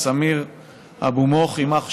וסמיר אבו-מוך, יימח שמם,